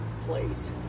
please